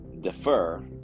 defer